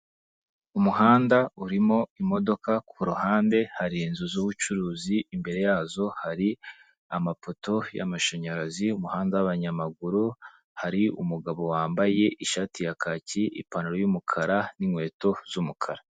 Umuhanda urimo imodoka, ku ruhande hari inzu z'ubucuruzi ,imbere yazo hari amapoto y'amashanyarazi, umuhanda w'abanyamaguru, hari umugabo wambaye ishati ya kacyi, ipantaro y'umukara n'inkweto z'umukara.